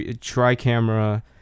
tri-camera